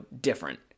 different